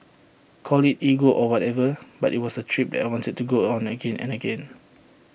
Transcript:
call IT ego or whatever but IT was A trip that I wanted to go on again and again